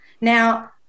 Now